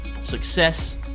success